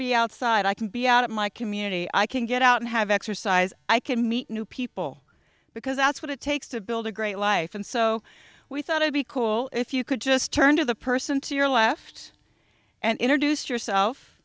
be outside i can be out of my community i can get out and have exercise i can meet new people because that's what it takes to build a great life and so we thought i'd be cool if you could just turn to the person to your left and introduce yourself